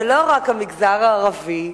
לא רק המגזר הערבי,